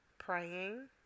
Praying